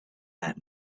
that